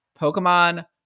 Pokemon